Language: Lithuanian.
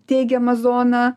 teigiamą zoną